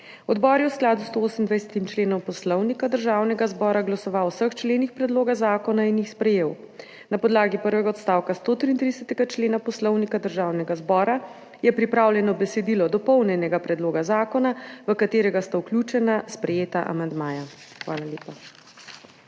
Odbor je v skladu s 128. členom Poslovnika Državnega zbora glasoval o vseh členih predloga zakona in jih sprejel. Na podlagi prvega odstavka 133. člena Poslovnika Državnega zbora je pripravljeno besedilo dopolnjenega predloga zakona, v katerega sta vključena sprejeta amandmaja. Hvala lepa.